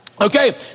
Okay